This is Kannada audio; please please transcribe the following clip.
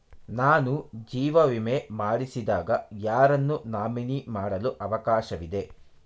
ನಾನು ಜೀವ ವಿಮೆ ಮಾಡಿಸಿದಾಗ ಯಾರನ್ನು ನಾಮಿನಿ ಮಾಡಲು ಅವಕಾಶವಿದೆ?